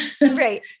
Right